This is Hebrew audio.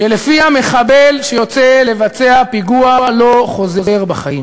שלפיה מחבל שיוצא לבצע פיגוע לא חוזר בחיים.